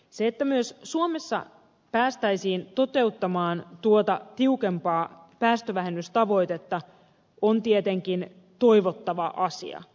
se että myös suomessa päästäisiin toteuttamaan tuota tiukempaa päästövähennystavoitetta on tietenkin toivottava asia